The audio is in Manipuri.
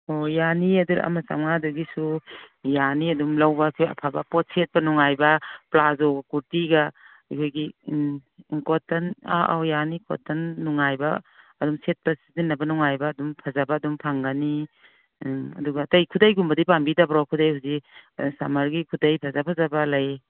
ꯑꯣ ꯌꯥꯅꯤꯌꯦ ꯑꯗꯨ ꯑꯃ ꯆꯃꯉꯥꯗꯒꯤꯁꯨ ꯌꯥꯅꯤ ꯑꯗꯨꯝ ꯂꯧꯕ ꯑꯐꯕ ꯄꯣꯠ ꯁꯦꯠꯄ ꯅꯨꯡꯉꯥꯏꯕ ꯄ꯭ꯂꯥꯖꯣ ꯀꯨꯔꯇꯤꯒ ꯑꯩꯈꯣꯏꯒꯤ ꯎꯝ ꯀꯣꯇꯟ ꯑꯧ ꯑꯧ ꯌꯥꯅꯤ ꯀꯣꯇꯟ ꯅꯨꯡꯉꯥꯏꯕ ꯑꯗꯨꯝ ꯁꯦꯠꯄ ꯁꯤꯖꯤꯟꯅꯕ ꯅꯨꯡꯉꯥꯏꯕ ꯑꯗꯨꯝ ꯐꯖꯕ ꯑꯗꯨꯝ ꯐꯪꯒꯅꯤ ꯎꯝ ꯑꯗꯨꯒ ꯑꯇꯩ ꯈꯨꯗꯩꯒꯨꯝꯕꯗꯤ ꯄꯥꯝꯕꯤꯗꯕ꯭ꯔꯣ ꯈꯨꯗꯩ ꯍꯧꯖꯤꯛ ꯈꯁꯃꯔꯒꯤ ꯈꯨꯗꯩ ꯐꯖ ꯐꯖꯕ ꯂꯩ